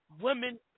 Women